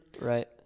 right